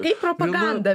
kaip propaganda